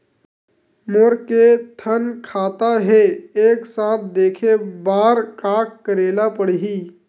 मोर के थन खाता हे एक साथ देखे बार का करेला पढ़ही?